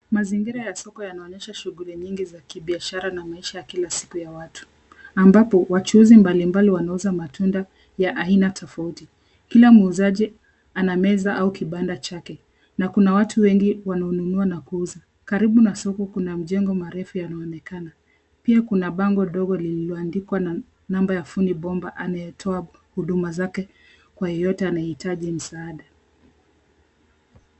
Mazingira ya soko yanaonyesha shughuli nyingi ya kibiashara na maisha ya kila siku ya watu. Ambapo, wachuuzi mbalimbali wanauza matunda ya aina tofauti. Kila muuzaji ana meza au kibanda chake. Na kuna watu wengi wanaonunua na kuuza. Karibu na soko kuna mjengo marefu yanayoonekana. Pia kuna bango ndogo lililoandikwa namba ya fundi bomba, anayetoa huduma zake kwa yeyote anayehitaji msaada.